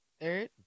third